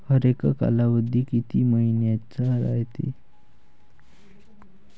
हरेक कालावधी किती मइन्याचा रायते?